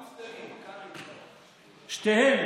שתיהן,